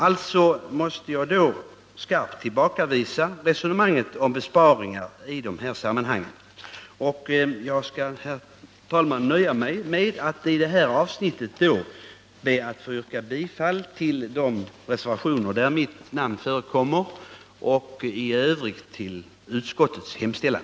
Alltså måste jag skarpt tillbakavisa resonemanget om besparingar i dessa sammanhang. Och jag skall, herr talman, nöja mig med att i det här avsnittet be att få yrka bifall till de reservationer där mitt namn förekommer och i övrigt bifall till utskottets hemställan.